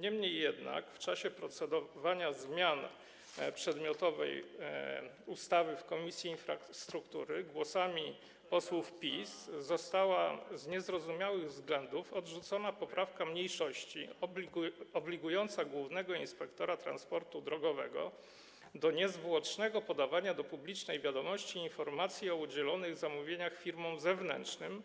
Niemniej jednak w czasie procedowania nad przedmiotową ustawą w Komisji Infrastruktury głosami posłów PiS została z niezrozumiałych względów odrzucona poprawka mniejszości obligująca głównego inspektora transportu drogowego do niezwłocznego podawania do publicznej wiadomości informacji o zamówieniach udzielonych firmom zewnętrznym